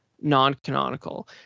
non-canonical